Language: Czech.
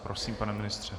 Prosím, pane ministře.